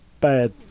bad